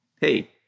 hey